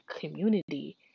community